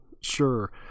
sure